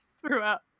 throughout